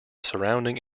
surrounding